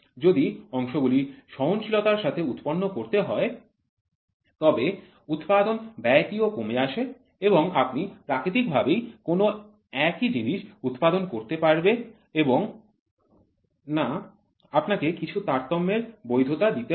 যদি অংশগুলি সহনশীলতার সাথে উৎপন্ন করতে হয় তবে উৎপাদন ব্যয়টি ও কমে আসে এবং আপনি প্রাকৃতিক ভাবেই কোন একই জিনিস অনুরূপ জিনিস উৎপাদন করতে পারবে না আপনাকে কিছু তারতম্যের বৈধতা দিতে হবে